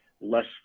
less